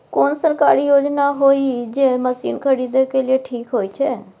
कोन सरकारी योजना होय इ जे मसीन खरीदे के लिए ठीक होय छै?